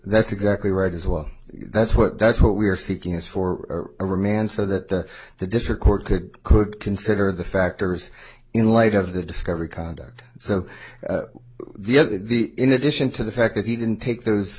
that's exactly right is well that's what that's what we're seeking is for a remand so that the district court could could consider the factors in light of the discovery conduct so in addition to the fact that he didn't take those